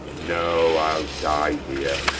no i'll die here.